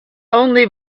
only